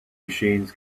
machines